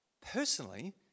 Personally